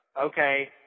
okay